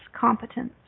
competence